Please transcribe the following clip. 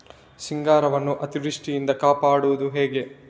ಸಿಂಗಾರವನ್ನು ಅತೀವೃಷ್ಟಿಯಿಂದ ಕಾಪಾಡುವುದು ಹೇಗೆ?